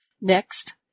Next